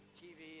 tv